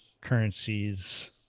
currencies